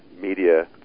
media